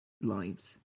lives